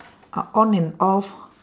o~ on and off